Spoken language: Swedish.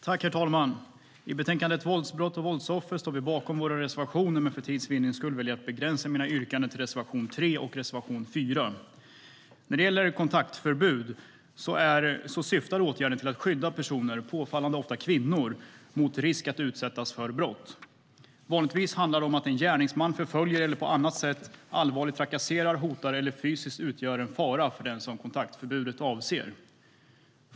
Herr talman! I betänkandet Våldsbrott och våldsoffer står vi bakom våra reservationer, men för tids vinnande väljer jag att begränsa mina yrkanden till reservation 3 och reservation 4. Åtgärden kontaktförbud syftar till att skydda personer, påfallande ofta kvinnor, mot risk att utsättas för brott. Vanligtvis handlar det om att en gärningsman förföljer eller på annat sätt allvarligt trakasserar, hotar eller fysiskt utgör en fara för den som kontaktförbudet avser.